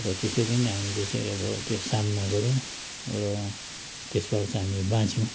र त्यसरी नै हामीले चाहिँ अब त्यो सामना गऱ्यौँ र त्यसबाट चाहिँ हामी बाच्यौँ